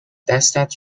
دستت